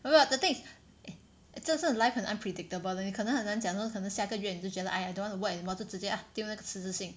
no [what] but the thing is 真的是 life 很 unpredictable 的你可能很难讲 lor 可能下个月你就觉得 I don't want to work anymore 就直接 ah 丢那个辞职信